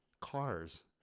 cars